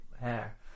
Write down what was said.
hair